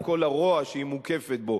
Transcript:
על כל הרוע שהיא מוקפת בו?